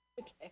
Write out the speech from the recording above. okay